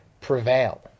prevail